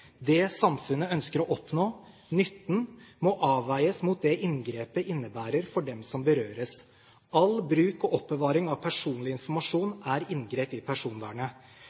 Det samfunnet ønsker å oppnå – nytten – må avveies mot det inngrepet innebærer for dem som berøres. All bruk og oppbevaring av personlig informasjon er inngrep i personvernet.